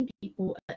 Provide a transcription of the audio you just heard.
people